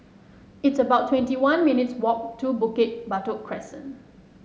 it's about twenty one minutes' walk to Bukit Batok Crescent